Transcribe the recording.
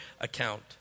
account